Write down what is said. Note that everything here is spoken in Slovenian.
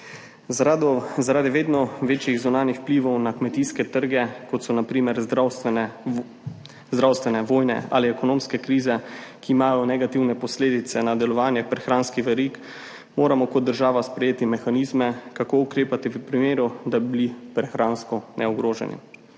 zaradi vedno večjih zunanjih vplivov na kmetijske trge, kot so na primer zdravstvene … Zdravstvene vojne ali ekonomske krize, ki imajo negativne posledice na delovanje prehranskih verig, moramo kot država sprejeti mehanizme, kako ukrepati v primeru, da bi bili prehransko neogroženi.